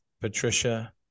Patricia